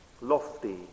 lofty